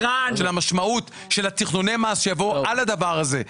של המשמעות של תכנוני המס שיבואו על הדבר הזה.